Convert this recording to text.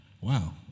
wow